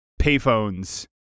payphones